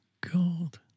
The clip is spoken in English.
god